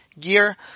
gear